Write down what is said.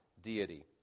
deity